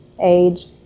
age